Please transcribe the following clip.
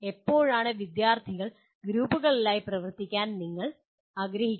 എപ്പോഴാണ് വിദ്യാർത്ഥികൾ ഗ്രൂപ്പുകളിലായി പ്രവർത്തിക്കാൻ നിങ്ങൾ ആഗ്രഹിക്കുന്നത്